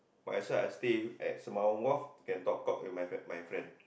might as well I stay at Sembawang Wharf can talk cock with my my friend